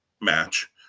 match